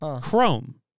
Chrome